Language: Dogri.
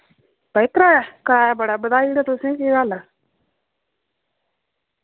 ओह् भ्राऽ का बड़ा बज्झाई ओड़ेआ तुसें केह् गल्ल